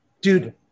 Dude